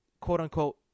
quote-unquote